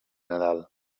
nadal